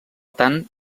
tant